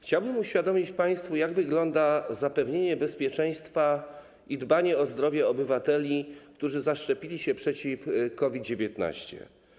Chciałbym uświadomić państwu, jak wygląda zapewnienie bezpieczeństwa i dbanie o zdrowie obywateli, którzy zaszczepili się przeciw COVID-19.